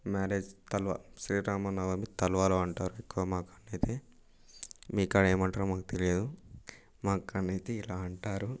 marriage తల శ్రీరామనవమి తల్వాలం అంటారు ఎక్కువ కాడనయితే మీ కాడ ఏమంటారో మాకు తెలియదు మా కాడనయితే ఇలా అంటారు